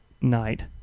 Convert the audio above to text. night